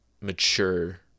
mature